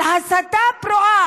על ההסתה הפרועה,